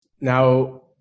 Now